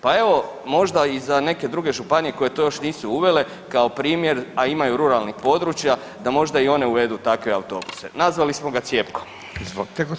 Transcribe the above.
Pa evo možda i za neke druge županije koje to još nisu uvele kao primjer, a imaju ruralnih područja da možda i one uvedu takve autobuse, nazvali smo ga cjepko.